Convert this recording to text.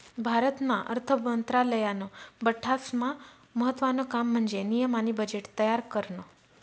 भारतना अर्थ मंत्रालयानं बठ्ठास्मा महत्त्वानं काम म्हन्जे नियम आणि बजेट तयार करनं